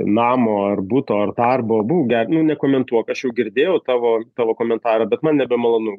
namo ar buto ar darbo būk nu nekomentuok aš jau girdėjau tavo tavo komentarą bet man nebemalonu